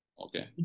okay